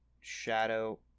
shadow